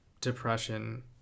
depression